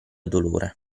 dolore